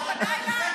הוא פנה אליי.